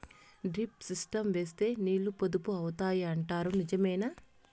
Drip system వేస్తే నీళ్లు పొదుపు అవుతాయి అంటారు నిజమేనా?